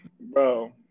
Bro